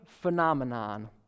phenomenon